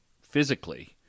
physically